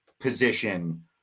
position